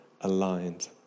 aligned